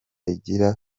igira